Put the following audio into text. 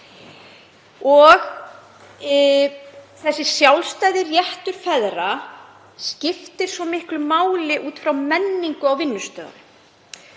Þessi sjálfstæði réttur feðra skiptir svo miklu máli út frá menningu á vinnustöðum